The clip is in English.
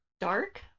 dark